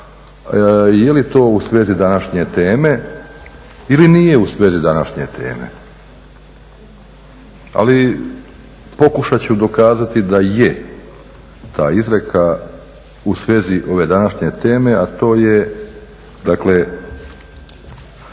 je li to u svezi današnje teme ili nije u svezi današnje teme. Ali pokušat ću dokazati da je ta izreka u svezi ove današnje teme, a to je dakle